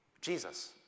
Jesus